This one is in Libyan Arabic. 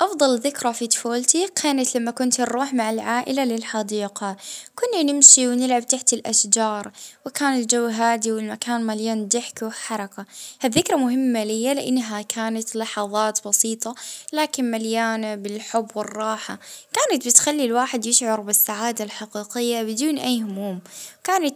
اه أحلى ذكرى عندي وجت كنا نصيفو عند جداي ونلعبو في الحوش العيلة ونجعدو نحكوا في قصص في الليل الذكريات هادي مهمة لأنها